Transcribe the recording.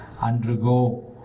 undergo